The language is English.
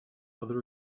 other